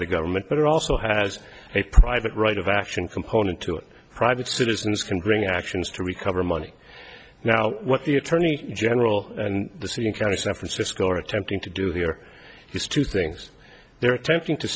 the government but it also has a private right of action component to it private citizens can bring actions to recover money now what the attorney general and the city county san francisco are attempting to do here is two things they're attempting to